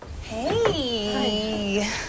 Hey